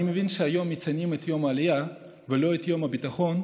אני מבין שהיום מציינים את יום העלייה ולא את יום הביטחון,